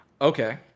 Okay